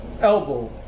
elbow